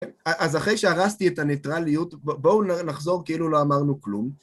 אז אחרי שהרסתי את הניטרליות, בואו נחזור כאילו לא אמרנו כלום.